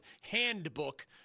handbook